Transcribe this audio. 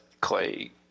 clay